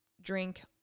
drink